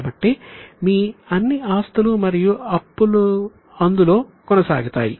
కాబట్టి మీ అన్ని ఆస్తులు మరియు అప్పులు అందులో కొనసాగుతాయి